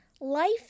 life